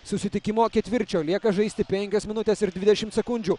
susitikimo ketvirčio lieka žaisti penkios minutes ir dvidešim sekundžių